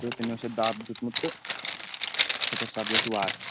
تہٕ تِمن چھُ دب دیُتمُت تہٕ